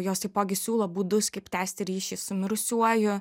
jos taipogi siūlo būdus kaip tęsti ryšį su mirusiuoju